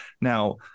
Now